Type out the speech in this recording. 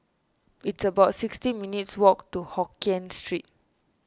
it's about sixty minutes' walk to Hokkien Street